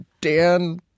Dan